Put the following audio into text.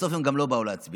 ובסוף הם גם לא באו להצביע,